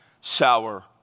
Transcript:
sour